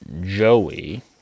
Joey